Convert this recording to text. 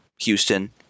Houston